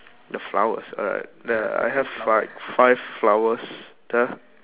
the flowers alright the I have five five flowers there